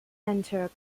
enter